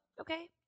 okay